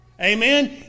Amen